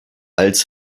als